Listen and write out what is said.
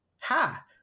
ha